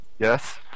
Yes